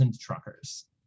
truckers